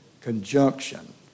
conjunction